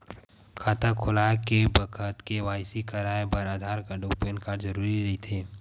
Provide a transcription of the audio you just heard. खाता खोले के बखत के.वाइ.सी कराये बर आधार कार्ड अउ पैन कार्ड जरुरी रहिथे